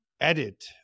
edit